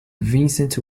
vincent